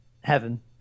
Heaven